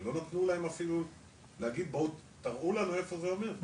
ולא נתנו להם אפילו להגיד בואו תראו לנו איפה זה עומד,